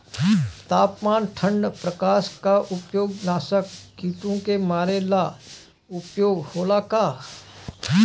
तापमान ठण्ड प्रकास का उपयोग नाशक कीटो के मारे ला उपयोग होला का?